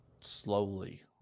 Slowly